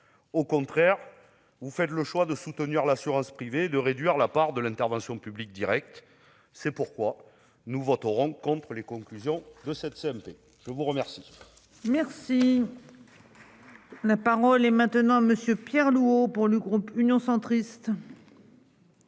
Au contraire, vous faites le choix de soutenir l'assurance privée et de réduire la part de l'intervention publique directe, raison pour laquelle nous voterons contre les conclusions de cette commission mixte paritaire. La parole est à M. Pierre Louault, pour le groupe Union Centriste.